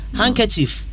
handkerchief